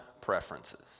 preferences